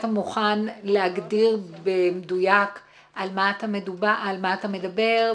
מוכן להגדיר במדויק על מה אתה מדבר,